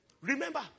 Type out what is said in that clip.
Remember